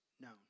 known